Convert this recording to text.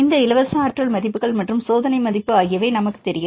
இந்த இலவச ஆற்றல் மதிப்புகள் மற்றும் சோதனை மதிப்பு ஆகியவை நமக்குத் தெரியும்